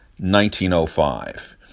1905